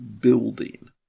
building